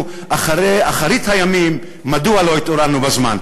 אחרי אחרית הימים מדוע לא התעוררנו בזמן.